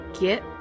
get